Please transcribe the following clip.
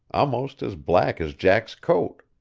almost as black as jack's coat.